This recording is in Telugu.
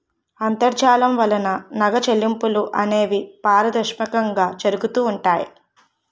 అంతర్జాలం వలన నగర చెల్లింపులు అనేవి పారదర్శకంగా జరుగుతూ ఉంటాయి